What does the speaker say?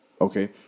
Okay